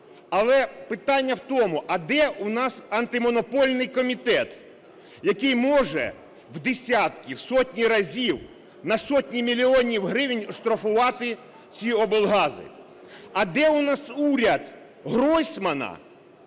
Але питання в тому, а де у нас Антимонопольний комітет, який може в десятки, в сотні разів, на сотні мільйонів гривень штрафувати ці облгази? А де у нас уряд Гройсмана,